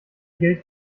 geld